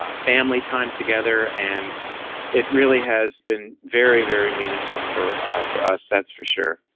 ah family time together and it really has been very, very meaningful for for us, that's for sure